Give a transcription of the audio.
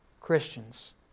Christians